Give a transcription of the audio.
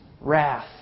wrath